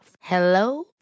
Hello